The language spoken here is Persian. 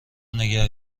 نگه